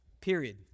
period